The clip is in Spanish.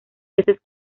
veces